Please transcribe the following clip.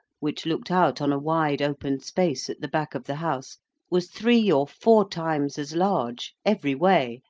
which looked out on a wide open space at the back of the house, was three or four times as large, every way,